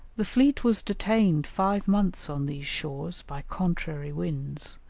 the fleet was detained five months on these shores by contrary winds,